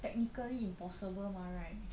technically impossible mah right